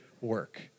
work